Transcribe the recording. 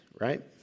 right